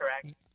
correct